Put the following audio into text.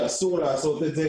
שאסור לעשות את זה,